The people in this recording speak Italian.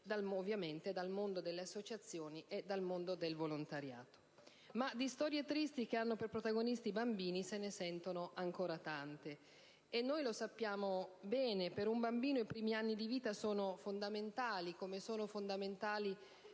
affiancato dal mondo delle associazioni e dal mondo del volontariato. Ma di storie tristi che hanno come protagonisti i bambini se ne sentono ancora tante e lo sappiamo bene. Per un bambino i primi anni di vita sono fondamentali, così come sono fondamentali